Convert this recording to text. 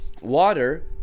Water